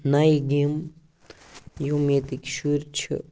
نَیہِ گیمہٕ یِم ییٚتِکۍ شُرۍ چھِ